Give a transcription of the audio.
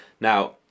Now